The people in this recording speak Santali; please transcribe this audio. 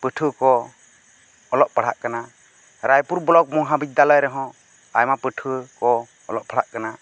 ᱯᱟᱹᱴᱷᱩᱭᱟᱹ ᱠᱚ ᱚᱞᱚᱜ ᱯᱟᱲᱦᱟᱜ ᱠᱟᱱᱟ ᱨᱟᱭᱯᱩᱨ ᱵᱞᱚᱠ ᱢᱚᱦᱟ ᱵᱤᱫᱽᱫᱭᱟᱞᱚᱭ ᱨᱮᱦᱚᱸ ᱟᱭᱢᱟ ᱯᱟᱹᱴᱷᱩᱭᱟᱹ ᱠᱚ ᱚᱞᱚᱜ ᱯᱟᱲᱦᱟᱜ ᱠᱟᱱᱟ